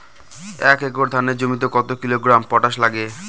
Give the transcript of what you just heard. এক একর ধানের জমিতে কত কিলোগ্রাম পটাশ লাগে?